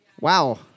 Wow